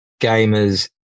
gamers